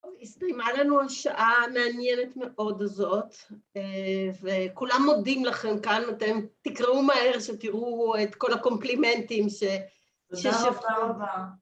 ‫הסתיימה לנו השעה המעניינת מאוד הזאת, ‫וכולם מודים לכם כאן. ‫אתם תקראו מהר שתראו ‫את כל הקומפלימנטים ששפעו - תודה רבה